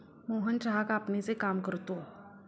मोहन चहा कापणीचे काम करतो